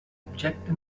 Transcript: objecte